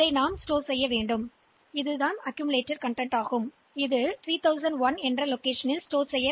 எனவே அதைத்தான் இப்போது சேமிக்க விரும்புகிறோம்